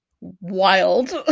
wild